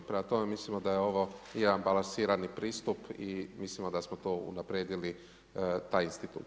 Prema tome mislimo da je ovo jedan balansirani pristup i mislimo da smo to unaprijedili taj institut.